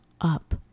up